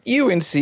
UNC